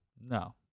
no